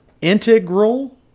Integral